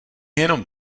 jenom